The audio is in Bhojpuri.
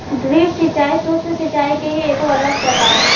ड्रिप सिंचाई, सूक्ष्म सिचाई के ही एगो अलग प्रकार ह